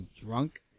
drunk